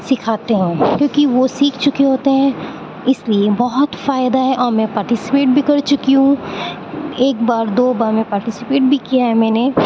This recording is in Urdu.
سکھاتے ہیں کیونکہ وہ سیکھ چکے ہوتے ہیں اس لیے بہت فائدہ ہے اور میں پارٹیسیپیٹ بھی کر چکی ہوں ایک بار دو بار میں پارٹیسیپیٹ بھی کیا ہے میں نے